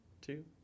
two